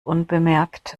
unbemerkt